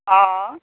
অঁ অঁ